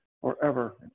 forever